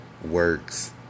works